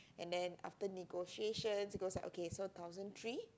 and then after negotiations it goes like okay thousand three